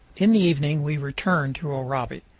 in the evening we return to oraibi.